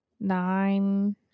nine